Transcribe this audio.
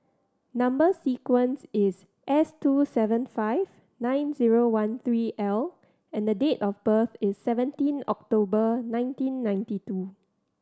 number sequence is S two seven five nine zero one three L and date of birth is seventeen October nineteen ninety two